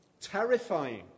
terrifying